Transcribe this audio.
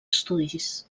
estudis